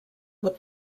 were